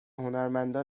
هنرمندان